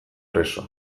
preso